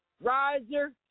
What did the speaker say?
riser